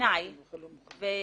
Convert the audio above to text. זה